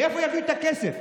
מאיפה יביאו את הכסף?